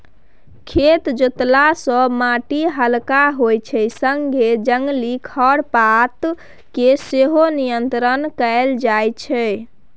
खेत जोतला सँ माटि हलका होइ छै संगे जंगली खरपात केँ सेहो नियंत्रण कएल जाइत छै